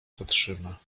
zatrzyma